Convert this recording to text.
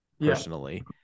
personally